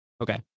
Okay